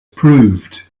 proved